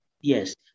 Yes